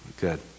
Good